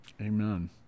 Amen